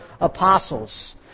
apostles